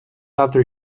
after